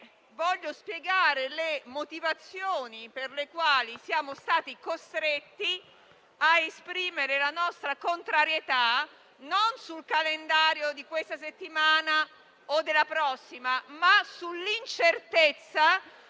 Voglio spiegare le motivazioni per le quali siamo stati costretti a esprimere la nostra contrarietà non sul calendario di questa o della prossima settimana, ma sull'incertezza